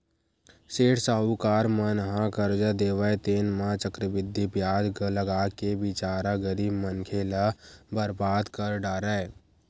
सेठ साहूकार मन ह करजा देवय तेन म चक्रबृद्धि बियाज लगाके बिचारा गरीब मनखे ल बरबाद कर डारय